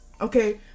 Okay